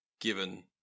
given